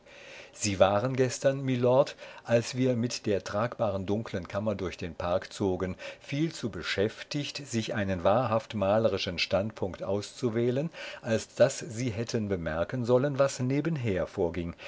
sie waren gestern mylord als wir mit der tragbaren dunklen kammer durch den park zogen viel zu beschäftigt sich einen wahrhaft malerischen standpunkt auszuwählen als daß sie hätten bemerken sollen was nebenher vorging